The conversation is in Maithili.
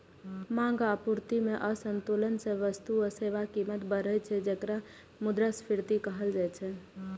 मांग आ आपूर्ति मे असंतुलन सं वस्तु आ सेवाक कीमत बढ़ै छै, जेकरा मुद्रास्फीति कहल जाइ छै